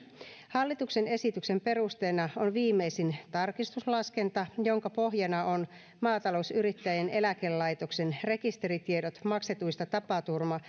hallituksen esityksen perusteena on viimeisin tarkistuslaskenta jonka pohjana on maatalousyrittäjien eläkelaitoksen rekisteritiedot maksetuista tapaturma